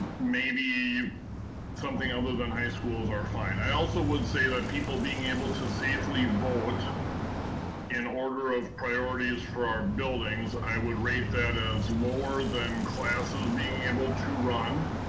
maybe something other than high schools are fine. i also would say that people being able to safely vote in order of priorities for our buildings, i would rate that as lower than classes being able to run,